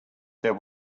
there